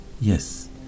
yes